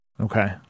Okay